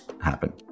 happen